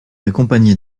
accompagné